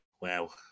Wow